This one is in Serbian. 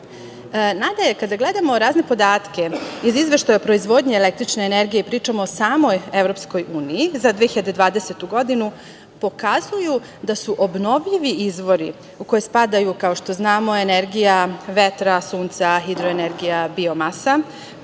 godinu. Nadalje kada gledamo razne podatke iz Izveštaja o proizvodnji električne energije, pričamo o samoj EU za 2020. godinu, pokazuju da su obnovljivi izvori u koje spadaju kao što znamo energija vetra, Sunca, hidroenergija, biomasa,